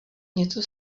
něco